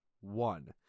one